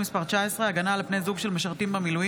מס' 19) (הגנה על בני זוג של משרתים במילואים),